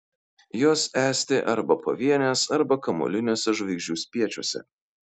jos esti arba pavienės arba kamuoliniuose žvaigždžių spiečiuose